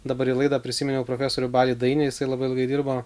dabar į laidą prisiminiau profesorių balį dainį jisai labai ilgai dirbo